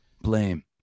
Blame